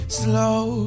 slow